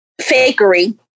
fakery